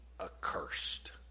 accursed